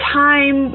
time